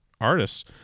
artists